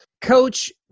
Coach